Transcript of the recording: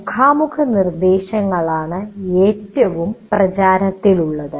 മുഖാമുഖം നിർദ്ദേശങ്ങളാണ് ഏറ്റവും പ്രചാരത്തിലുള്ളത്